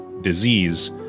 disease